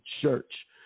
Church